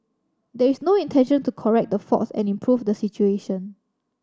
there is no intention to correct the faults and improve the situation